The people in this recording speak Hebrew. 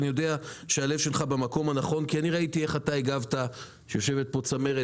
אני יודע שהלב שלך במקום הנכון כי ראיתי איך אתה הגבת כשיושבת פה צמרת,